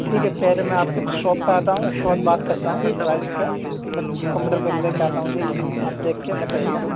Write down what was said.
ٹھیک ہے پہلے میں آپ کی شاپ پر آتا ہوں اس کے بعد بات کرتا ہوں پرائز کا میں کمپیوٹر کو لے کے آتا ہوں ٹھیک ہے آپ دیکھ کر بتائیے گا